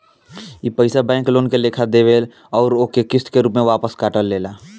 ई पइसा bank loan के लेखा देवेल अउर ओके किस्त के रूप में वापस काट लेला